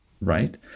right